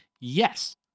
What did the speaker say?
yes